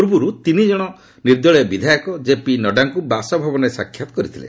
ପୂର୍ବରୁ ତିନି ଜଣ ନିର୍ଦ୍ଦଳୀୟ ବିଧାୟକ କେପି ନଡ୍ରାଙ୍କୁ ବାସଭବନରେ ସାକ୍ଷାତ କରିଥିଲେ